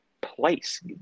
place